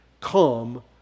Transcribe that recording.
come